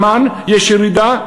באמ"ן יש ירידה,